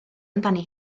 amdani